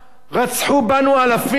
רצחו בנו אלפים,